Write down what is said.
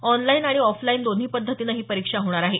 online आणि offline दोन्ही पद्धतीने ही परीक्षा होणार आहे